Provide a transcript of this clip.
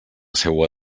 seua